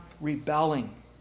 rebelling